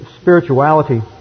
spirituality